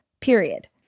period